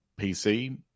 pc